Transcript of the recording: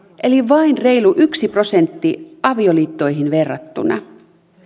eli vain reilu yksi prosentti avioliittoihin verrattuna